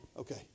Okay